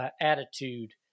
attitude